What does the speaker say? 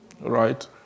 right